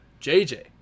JJ